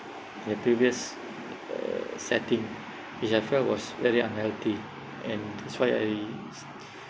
the previous uh setting which I felt was very unhealthy and that's why I